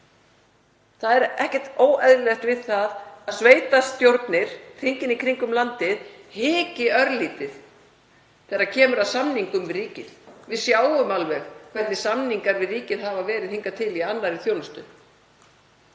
Það er ekkert óeðlilegt við það að sveitarstjórnir hringinn í kringum landið hiki örlítið þegar kemur að samningum við ríkið. Við sjáum alveg hvernig samningar við ríkið hafa verið hingað til í annarri þjónustu.